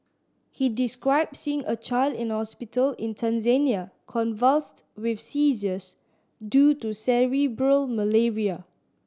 he described seeing a child in a hospital in Tanzania convulsed with seizures due to cerebral malaria